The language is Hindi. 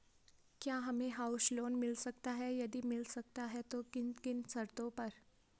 क्या हमें हाउस लोन मिल सकता है यदि मिल सकता है तो किन किन शर्तों पर?